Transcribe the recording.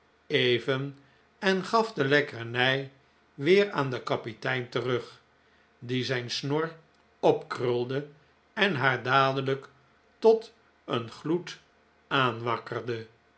even en gaf de lekkernij weer aan den kapitein terug die zijn snor opkrulde en haar dadelijk tot een gloed